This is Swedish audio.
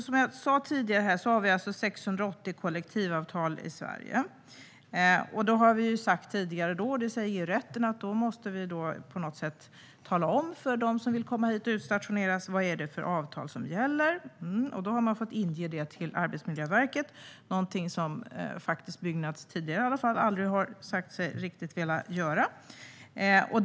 Som jag sa tidigare har vi 680 kollektivavtal i Sverige. Vi har sagt tidigare, och det säger EU-rätten, att då måste vi tala om för dem som vill komma hit och utstationeras vad det är för avtal som gäller. Då har man fått inge det till Arbetsmiljöverket, något som Byggnads, i alla fall tidigare, aldrig har sagt sig riktigt vilja göra.